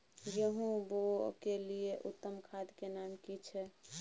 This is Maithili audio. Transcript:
गेहूं बोअ के लिये उत्तम खाद के नाम की छै?